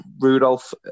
Rudolph